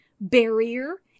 barrier